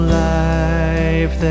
life